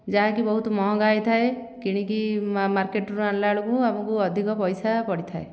ଯାହାକି ବହୁତ ମହଙ୍ଗା ହୋଇଥାଏ କିଣିକି ମାର୍କେଟରୁ ଆଣିଲା ବେଳକୁ ଆମକୁ ଅଧିକ ପଇସା ପଡ଼ିଥାଏ